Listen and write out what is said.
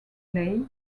leigh